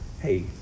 hey